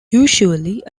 usually